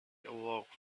awoke